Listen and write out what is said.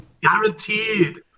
Guaranteed